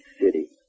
City